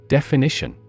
Definition